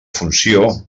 funció